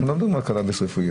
אנחנו לא מדברים על קנאביס רפואי.